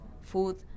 food